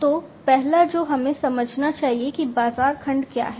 तो पहला जो हमें समझना चाहिए कि बाजार खंड क्या है